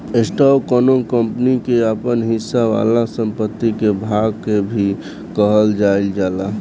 stock कौनो company के आपन हिस्सा वाला संपत्ति के भाग के भी कहल जाइल जाला